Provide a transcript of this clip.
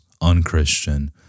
unchristian